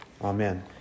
Amen